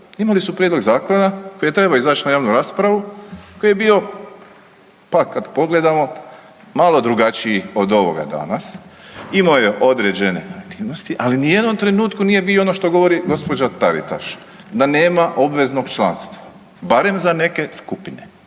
Imali su prijedlog zakona koji je trebao izaći na javnu raspravu koji je bio, pa, kad pogledamo, malo drugačiji od ovoga danas. Imao je određene aktivnosti, ali ni u jednom trenutku nije bio ono što govori gđa. Taritaš, da nema obveznog članstva. Barem za neke skupine.